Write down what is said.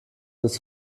des